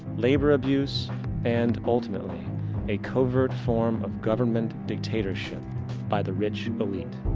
labor abuse and ultimately a covert form of government dictatorship by the rich elite.